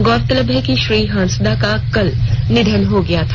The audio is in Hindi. गौरतलब है कि श्री हांसदा का कल निधन हो गया था